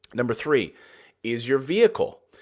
number three is your vehicle.